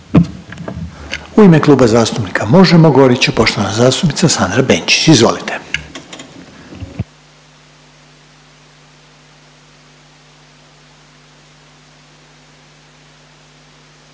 U ime Kluba zastupnika SDSS-a govorit će poštovana zastupnica Dragana Jeckov. Izvolite.